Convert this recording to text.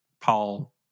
Paul